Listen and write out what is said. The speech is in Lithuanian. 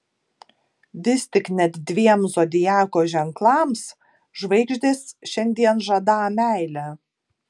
vis tik net dviem zodiako ženklams žvaigždės šiandien žadą meilę